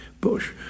bush